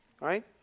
Right